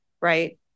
right